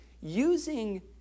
using